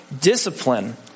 discipline